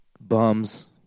bums